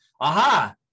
aha